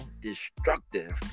destructive